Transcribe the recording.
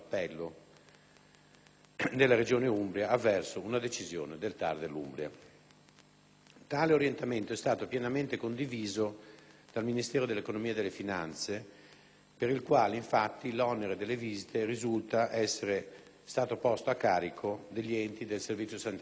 della Regione Umbria avverso una decisione del TAR dell'Umbria). Tale orientamento è stato pienamente condiviso dal Ministero dell'economia e delle finanze per il quale, infatti, l'onere delle visite risulta essere stato posto a carico degli enti del Servizio sanitario nazionale,